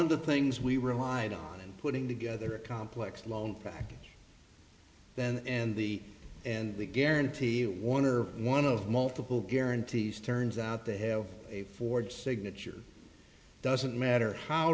of the things we relied on and putting together a complex loan back then and the and the guarantee one or one of multiple guarantees turns out they have a forged signature doesn't matter how